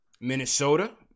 Minnesota